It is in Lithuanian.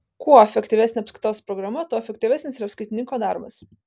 kuo efektyvesnė apskaitos programa tuo efektyvesnis ir apskaitininko darbas